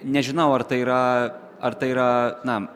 nežinau ar tai yra ar tai yra na